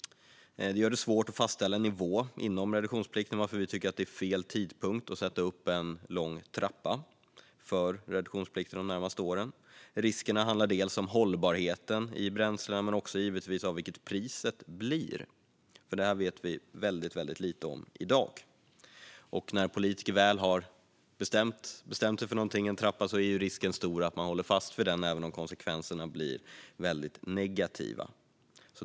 Det gör det svårt att fastställa en nivå inom reduktionsplikten, varför vi tycker att det är fel tidpunkt att sätta upp en lång trappa för reduktionsplikten de närmaste åren. Riskerna handlar dels om hållbarheten i bränslet, dels om vilket priset blir. Vi vet väldigt lite om det i dag. När politiker väl har bestämt sig för någonting, som en sådan här trappa, är risken stor att man håller fast vid den även om konsekvenserna blir negativa.